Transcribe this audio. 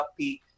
upbeat